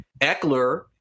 Eckler